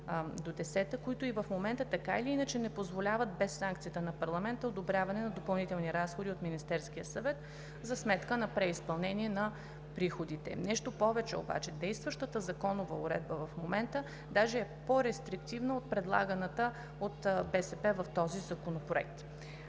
до 10, които и в момента така или иначе не позволяват без санкцията на парламента одобряване на допълнителни разходи от Министерския съвет за сметка на преизпълнение на приходите. Нещо повече, действащата законова уредба в момента даже е по рестриктивна от предлаганата от БСП в този законопроект.